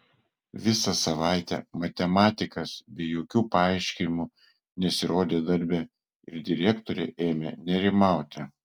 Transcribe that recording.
visą savaitę matematikas be jokių paaiškinimų nesirodė darbe ir direktorė ėmė nerimauti